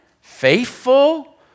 faithful